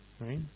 right